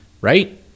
right